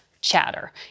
chatter